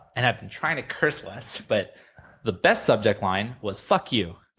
and i've been trying to curse less, but the best subject line was fuck you.